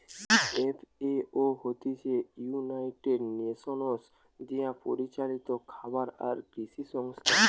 FAO হতিছে United Nations দিয়া পরিচালিত খাবার আর কৃষি সংস্থা